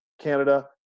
Canada